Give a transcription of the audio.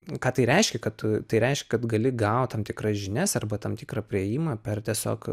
ką tai reiškia kad tai reiškia kad gali gauti tam tikras žinias arba tam tikrą priėjimą per tiesiog